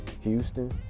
houston